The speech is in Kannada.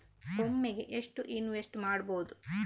ಒಮ್ಮೆಗೆ ಎಷ್ಟು ಇನ್ವೆಸ್ಟ್ ಮಾಡ್ಬೊದು?